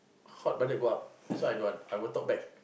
hot blooded go up so I don't want I won't talk back